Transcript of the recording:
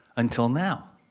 until now.